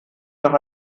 nach